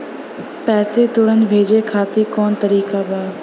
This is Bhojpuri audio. पैसे तुरंत भेजे खातिर कौन तरीका बा?